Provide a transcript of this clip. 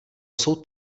jsou